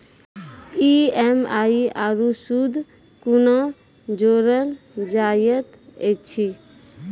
EMI आरू सूद कूना जोड़लऽ जायत ऐछि?